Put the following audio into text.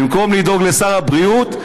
במקום לדאוג לשר הבריאות,